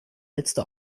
letzte